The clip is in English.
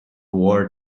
war